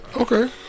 Okay